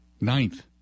ninth